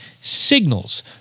signals